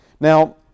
Now